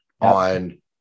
on